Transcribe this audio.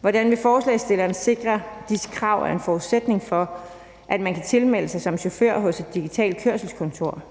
Hvordan vil forslagstillerne sikre, at disse krav er en forudsætning for, at man kan tilmelde sig som chauffør hos et digitalt kørselskontor,